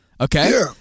Okay